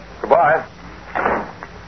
Goodbye